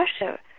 Russia